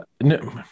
no